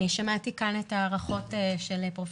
שמעתי כאן את ההערכות של פרופ'